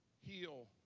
heal